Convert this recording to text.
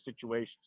situations